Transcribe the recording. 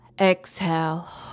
exhale